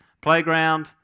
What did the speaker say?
playground